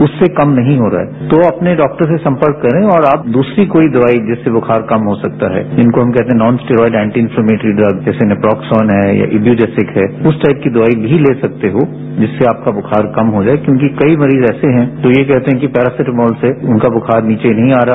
उससे कम नहीं हो रहा है तो अपने डॉक्टर से संपर्क करे और दूसरी कोई दवाई जिस्से बुखार कम हो सकता है जिसको हम कहते है non steroids anti inflammatory drug जैसे प्रोक्सॉन है इव्यूडएसिक है उस टाइप की दवाई भी ले सकते हैं जिससे आपका दुखार कम हो जाए क्यॉकि कई मरीज ऐसे हैं जो यह कहते हैं कि पेरासिटामोल से उनका बुखार नीचे नहीं आ रहा